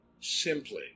simply